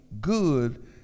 good